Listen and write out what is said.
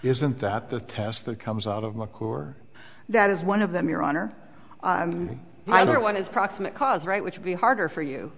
isn't that the test that comes out of the core that is one of them your honor either one is proximate cause right which would be harder for you